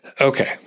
Okay